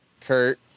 Kurt